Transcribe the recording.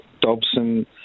Dobson